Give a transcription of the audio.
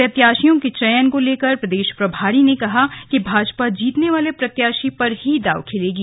प्रत्याशियों के चयन को लेकर प्रदेश प्रभारी ने कहा कि भाजपा जीतने वाले प्रत्याशी पर ही दांव खेलेगी